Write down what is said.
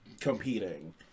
competing